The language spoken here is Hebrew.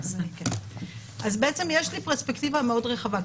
יש לי פרספקטיבה מאוד רחבה.